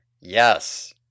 Yes